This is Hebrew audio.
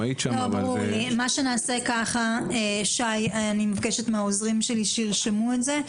אני מבקשת מהעוזרים שלי לרשום את זה.